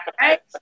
right